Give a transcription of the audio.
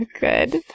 good